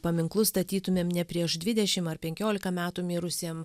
paminklus statytumėm ne prieš dvidešim ar penkiolika metų mirusiem